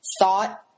thought